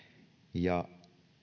ja